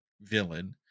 villain